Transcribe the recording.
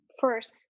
first